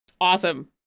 Awesome